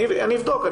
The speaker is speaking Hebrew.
אני אבדוק.